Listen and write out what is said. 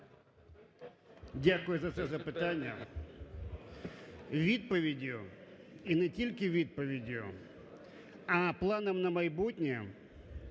Дякую за це запитання. Відповіддю і не тільки відповіддю, а планом на майбутнє